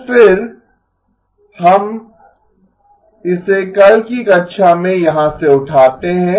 तो फिर हम इसे कल की कक्षा में यहाँ से उठाते हैं